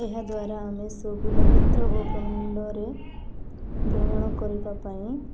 ଏହାଦ୍ୱାରା ଆମେ ସବୁ ନକ୍ଷେତ୍ର ଓ ବ୍ରହ୍ମାଣ୍ଡରେ ଭ୍ରମଣ କରିବା ପାଇଁ